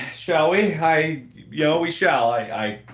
shall we? hi-yah yeah we shall i i.